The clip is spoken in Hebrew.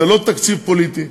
זה לא תקציב פוליטי,